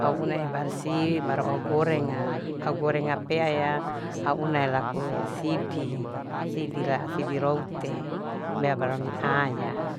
au una ibarsi baru au gorenga au gorenga pea iaya auuna laku sidi, sidi la'a sidi route mbea baru ami aya.